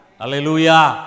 Hallelujah